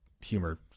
humor